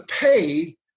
pay